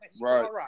right